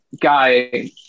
guy